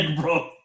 bro